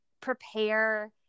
prepare